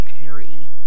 Perry